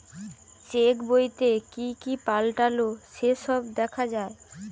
check বইতে কি কি পাল্টালো সে সব দেখা যায়